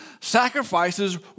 sacrifices